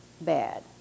bad